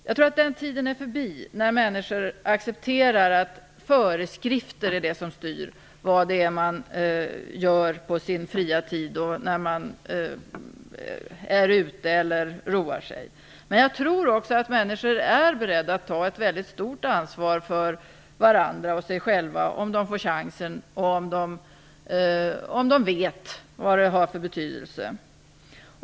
Jag tror att den tiden är förbi när människor accepterar att föreskrifter är det som styr vad man gör på sin fritid och när man är ute och roar sig. Men jag tror också att människor är beredda att ta ett stort ansvar för varandra och sig själva om de får chansen, om de vet vad det har för betydelse.